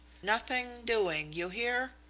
nothing doing. you hear?